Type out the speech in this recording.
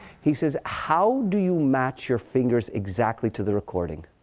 he says, how do you match your fingers exactly to the recording?